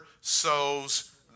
sows